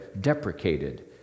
deprecated